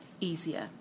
easier